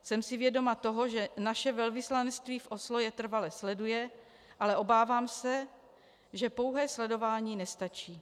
Jsem si vědoma toho, že naše velvyslanectví v Oslo jej trvale sleduje, ale obávám se, že pouhé sledování nestačí.